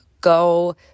go